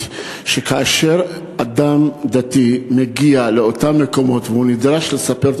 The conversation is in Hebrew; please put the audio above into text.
שכאשר אדם דתי מגיע לאותם מקומות והוא נדרש לספר,